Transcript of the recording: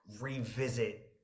revisit